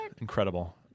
Incredible